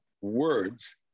words